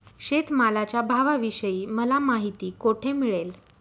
शेतमालाच्या भावाविषयी मला माहिती कोठे मिळेल?